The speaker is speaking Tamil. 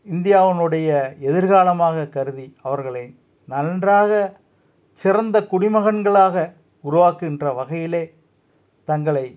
இந்தியாவினுடைய எதிர்காலமாக கருதி அவர்களை நன்றாக சிறந்த குடிமகன்களாக உருவாக்குகின்ற வகையிலே தங்களை